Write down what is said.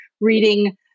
reading